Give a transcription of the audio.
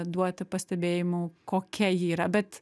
duoti pastebėjimų kokia ji yra bet